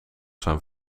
zijn